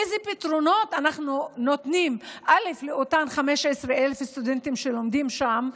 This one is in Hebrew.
איזה פתרונות אנחנו נותנים לאותם 15,000 סטודנטים שלומדים שם.